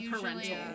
parental